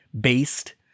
based